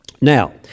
Now